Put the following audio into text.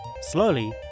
Slowly